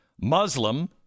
Muslim